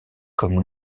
comme